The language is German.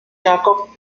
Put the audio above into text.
jakob